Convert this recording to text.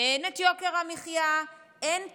אין את יוקר המחיה, אין טרור,